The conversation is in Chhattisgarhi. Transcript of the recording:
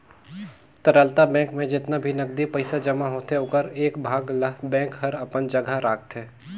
तरलता बेंक में जेतना भी नगदी पइसा जमा होथे ओखर एक भाग ल बेंक हर अपन जघा राखतें